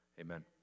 Amen